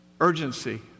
urgency